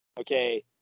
okay